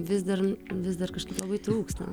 vis dar vis dar kažkaip labai trūksta